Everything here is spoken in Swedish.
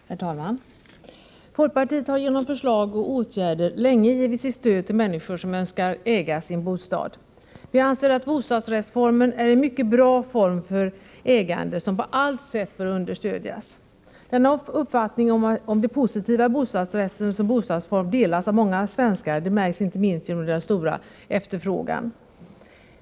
Herr talman! Folkpartiet har genom förslag och åtgärder länge givit sitt stöd till människor som önskar äga sin bostad. Vi anser att bostadsrättsformen är en mycket bra form för ägande som på allt sätt bör understödjas. Denna uppfattning om det positiva i bostadsrätten som boendeform delas av många svenskar — det märks inte minst genom den stora efterfrågan.